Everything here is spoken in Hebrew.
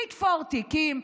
לתפור תיקים.